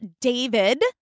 David